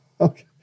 Okay